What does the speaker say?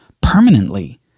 permanently